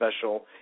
special